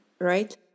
right